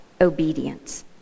obedience